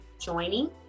joining